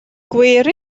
gwir